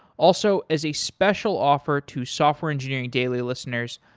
also, as a special offer to software engineering daily listeners,